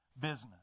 business